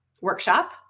workshop